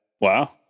Wow